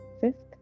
Fifth